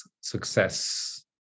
success